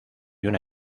una